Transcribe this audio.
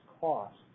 costs